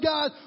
God